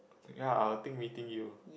ye I would think meeting you